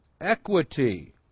equity